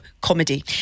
comedy